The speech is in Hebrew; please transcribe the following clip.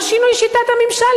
לא שינוי שיטת הממשל,